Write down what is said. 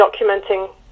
documenting